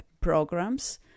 programs